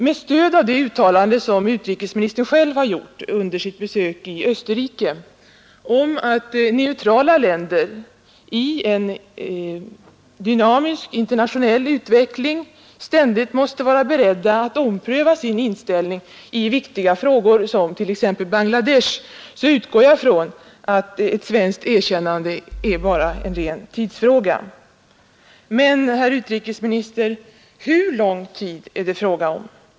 Med stöd av det uttalande som utrikesministern själv har gjort under sitt besök i Österrike, att neutrala länder i en dynamisk internationell utveckling ständigt måste vara beredda att ompröva sin inställning i viktiga frågor, som t.ex. Bangladesh, utgår jag från att ett svenskt erkännande nu bara är en ren tidsfråga. Men, herr utrikesminister, hur lång tid är det fråga om?